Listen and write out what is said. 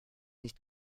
nicht